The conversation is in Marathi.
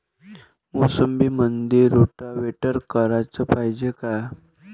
मोसंबीमंदी रोटावेटर कराच पायजे का?